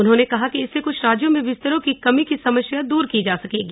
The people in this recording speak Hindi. उन्होंने कहा कि इससे कुछ राज्यों में बिस्तरों की कमी की समस्या दूर की जा सकेगी